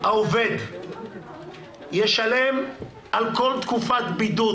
העובד ישלם על כל תקופת בידוד,